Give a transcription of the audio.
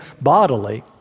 bodily